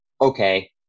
okay